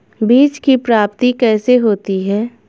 बीज की प्राप्ति कैसे होती है?